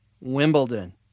Wimbledon